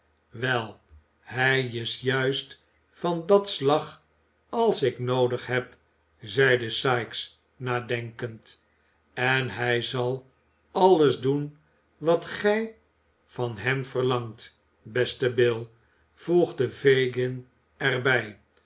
wel hij is juist van dat slag als ik noodig heb zeide sikes nadenkend en hij zal alles doen wat gij van hem verlangt beste bill voegde fagin er